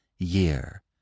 Year